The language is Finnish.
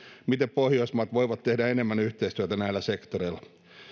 miten pohjoismaat voivat tehdä enemmän yhteistyötä näillä sektoreilla